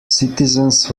citizens